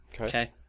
Okay